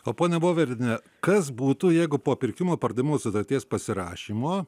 o ponia voveriene kas būtų jeigu po pirkimo pardavimo sutarties pasirašymo